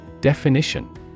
Definition